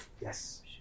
Yes